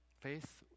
Faith